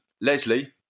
Leslie